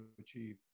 achieve